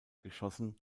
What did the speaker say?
geschossen